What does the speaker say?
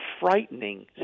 frightening